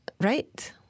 right